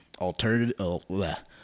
alternative